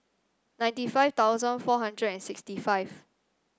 ninety five thousand four hundred and sixty five